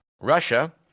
Russia